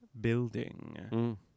building